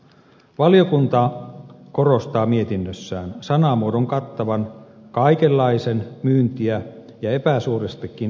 valiokunta korostaa mietinnössään sanamuodon kattavan kaikenlaisen myyntiä epäsuorastikin edistävän toiminnan